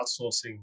outsourcing